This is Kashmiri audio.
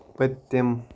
پٔتِم